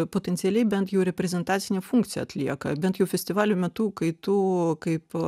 potencialiai bent jau reprezentacinę funkciją atlieka bent jau festivalių metu kai tu kaip